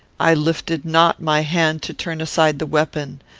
i lifted not my hand to turn aside the weapon.